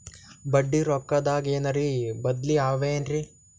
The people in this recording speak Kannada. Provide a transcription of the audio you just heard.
ಬಡ್ಡಿ ರೊಕ್ಕದಾಗೇನರ ಬದ್ಲೀ ಅವೇನ್ರಿ?